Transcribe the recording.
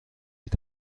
est